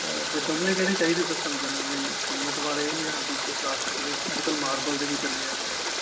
ਅਤੇ ਗਮਲੇ ਕਿਹੜੇ ਚਾਹੀਦੇ ਸਰ ਤੁਹਾਨੂੰ ਪਹਿਲਾਂ ਵੀ ਸੀਮੈਂਟ ਵਾਲੇ ਜਾਂ ਦੂਸਰੇ ਪਲਾਸਟਿਕ ਦੇ ਅੱਜਕੱਲ੍ਹ ਮਾਰਬਲ ਦੇ ਵੀ ਚੱਲੇ ਆ ਕੁਛ